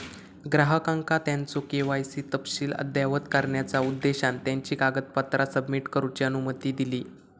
ग्राहकांका त्यांचो के.वाय.सी तपशील अद्ययावत करण्याचा उद्देशान त्यांची कागदपत्रा सबमिट करूची अनुमती दिली